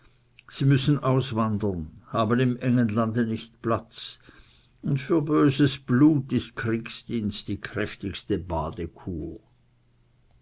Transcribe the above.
sie müssen auswandern haben im engen lande nicht platz und für böses blut ist kriegsdienst die kräftigste badekur